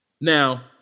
Now